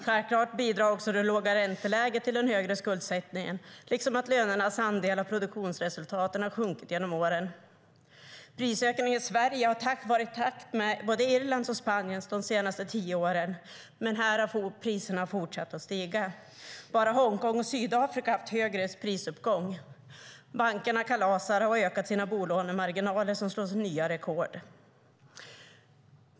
Självklart bidrar också det låga ränteläget till den högre skuldsättningen, liksom att lönernas andel av produktionsresultaten har sjunkit genom åren. Prisökningen i Sverige har knappt varit i takt med Irlands och Spaniens de senaste tio åren, men här har priserna fortsatt att stiga. Bara Hongkong och Sydafrika har haft högre prisuppgång. Bankerna kalasar och har ökat sina bolånemarginaler, som slår nya rekord.